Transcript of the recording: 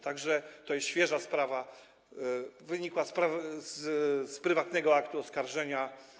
Tak że to jest świeża sprawa, wynikła z prywatnego aktu oskarżenia.